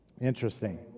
Interesting